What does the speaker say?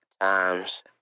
times